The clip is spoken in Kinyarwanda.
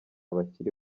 bakiri